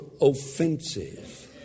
offenses